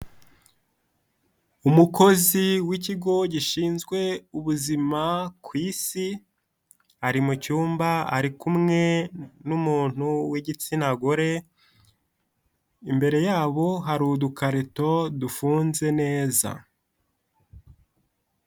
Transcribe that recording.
Umukozi w'ikigo gishinzwe ubuzima ku isi ari mu cyumba ari kumwe n'umuntu w'igitsina gore imbere yabo hari udukarito dufunze neza.